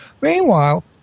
Meanwhile